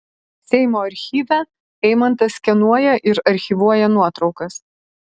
seimo archyve eimantas skenuoja ir archyvuoja nuotraukas